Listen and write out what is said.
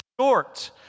short